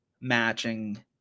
matching